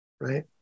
right